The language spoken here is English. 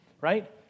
right